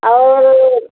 और